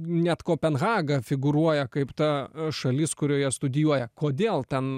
net kopenhaga figūruoja kaip ta šalis kurioje studijuoja kodėl ten